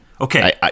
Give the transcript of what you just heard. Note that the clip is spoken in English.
okay